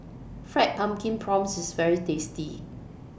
Fried Pumpkin Prawns IS very tasty